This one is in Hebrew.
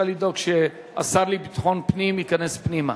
לדאוג שהשר לביטחון פנים ייכנס פנימה